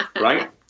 right